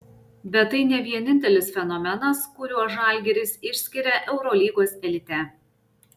bet tai ne vienintelis fenomenas kuriuo žalgiris išskiria eurolygos elite